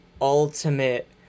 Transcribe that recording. ultimate